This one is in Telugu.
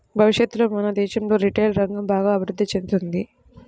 భవిష్యత్తులో మన దేశంలో రిటైల్ రంగం బాగా అభిరుద్ధి చెందుతుంది